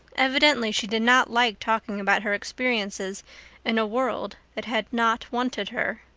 evidently she did not like talking about her experiences in a world that had not wanted her.